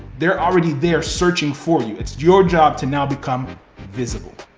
they're already there searching for you. it's your job to now become visible.